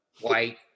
white